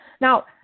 Now